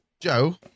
Joe